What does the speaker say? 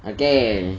okay